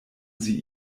sie